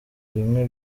bimwe